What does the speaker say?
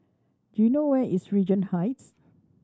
do you know where is Regent Heights